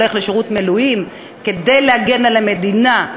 הולך לשירות מילואים כדי להגן על המדינה,